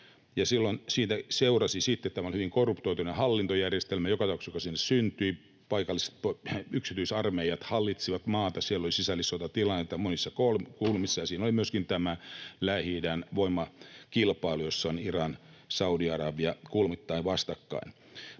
sitten — tämä oli hyvin korruptoitunut hallintojärjestelmä joka tapauksessa, joka sinne syntyi — että paikalliset yksityisarmeijat hallitsivat maata, siellä oli sisällissotatilannetta monissa kulmissa, ja siinä oli myöskin tämä Lähi-idän voimakilpailu, jossa ovat Iran ja Saudi-Arabia kulmittain vastakkain.